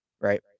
right